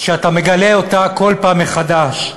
שאתה מגלה כל פעם מחדש,